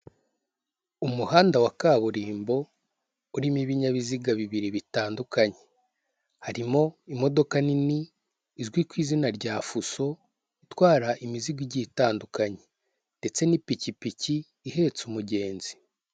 Umuhanda wa kaburimbo, urimo ibinyabiziga bibiri bitandukanye. Harimo imodoka nini izwi ku izina rya fuso, itwara imizigo igiye itandukanye ndetse n'ipikipiki ihetse umugenzi.